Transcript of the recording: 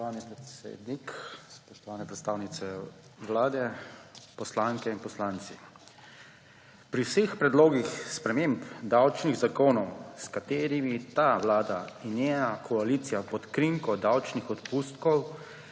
Spoštovani predsednik, spoštovane predstavnice Vlade, poslanke in poslanci! Pri vseh predlogih sprememb davčnih zakonov, s katerimi ta vlada in njena koalicija pod krinko davčnih odpustkov